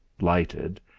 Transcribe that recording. lighted